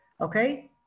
okay